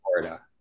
Florida